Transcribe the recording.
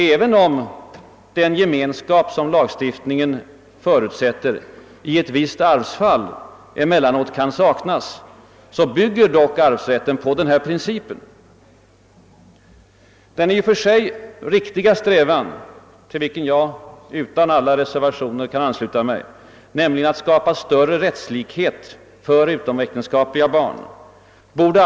även om den gemenskap som lagstiftningen förutsätter i ett visst arvsfall emellanåt kan saknas, bygger dock arvsrätten på denna princip. Den i och för sig riktiga strävan — till vilken jag utan alla reservationer kan ansluta mig — att skapa större rättslikhet för utomäktenskapliga barn borde.